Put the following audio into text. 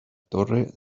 torre